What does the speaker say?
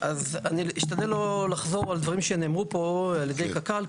אשתדל לא לחזור על דברים שנאמרו פה על ידי קק"ל,